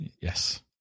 Yes